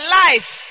life